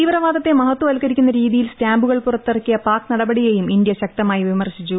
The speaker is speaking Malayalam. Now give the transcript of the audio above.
തീവ്രവാദത്തെ മഹത്വല്ക്കരിക്കുന്ന രീതിയിൽ സ്റ്റാമ്പുകൾ പുറത്തിറക്കിയ പാക് നടപടിയേയും ഇന്തൃ ശക്തമായി വിമർശിച്ചു